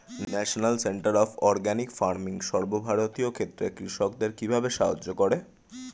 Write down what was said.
National centre of organic farming সর্বভারতীয় ক্ষেত্রে কৃষকদের কিভাবে সাহায্য করে?